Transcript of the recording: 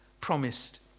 promised